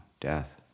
death